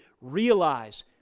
realize